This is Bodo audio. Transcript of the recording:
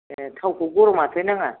ए थावखौ गरम आथाइनाङा